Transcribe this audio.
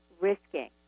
risking